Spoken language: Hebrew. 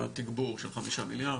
התגבור של חמישה מיליארד,